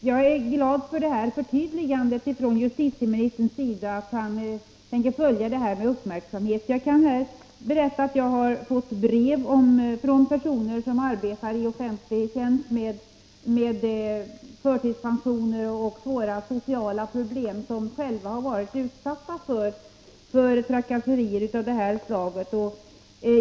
Herr talman! Jag är glad för detta förtydligande från justitieministerns sida, nämligen hans försäkran att han tänker följa dessa frågor med uppmärksamhet. Jag kan berätta att jag har fått brev från personer som arbetar i offentlig tjänst med förtidspensioner och svåra sociala problem och som själva har varit utsatta för trakasserier av detta slag.